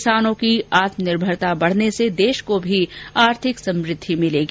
किसानों की आत्म निर्भरता बढने से देश को भी आर्थिक समुद्धि मिलेगी